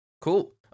Cool